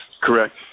Correct